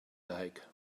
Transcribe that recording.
like